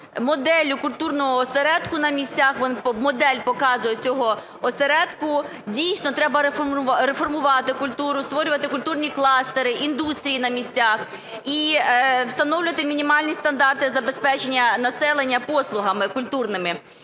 моделлю культурного осередку на місцях. Він модель показує цього осередку. Дійсно, треба реформувати культуру: створювати культурні кластери, індустрії на місцях і встановлювати мінімальні стандарти забезпечення населення послугами культурними.